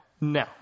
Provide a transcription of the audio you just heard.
no